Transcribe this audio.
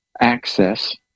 access